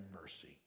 mercy